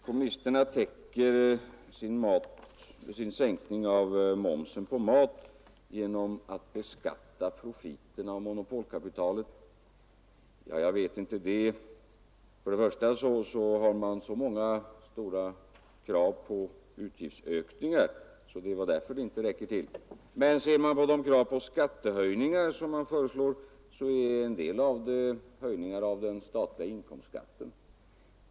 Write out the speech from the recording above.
Kommunisterna menar att de täcker sin sänkning av momsen på mat genom att beskatta profiterna och monopolkapitalet. Jag vet inte det. Först och främst har de så många stora krav på utgiftsökningar att det är därför pengarna inte räcker till. Men ser man på de skattehöjningar som kommunisterna föreslår, finner man att en del av dem gäller den statliga inkomstskatten.